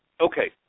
okay